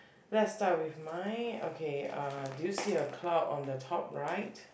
let's start with mine okay uh do you see a cloud on the top right